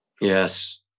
Yes